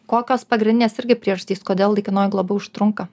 kokios pagrindinės irgi priežastys kodėl laikinoji globa užtrunka